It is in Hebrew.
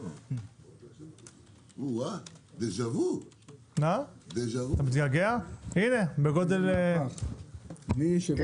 אבי ניסנקורן.